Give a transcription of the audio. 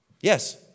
Yes